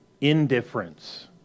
Indifference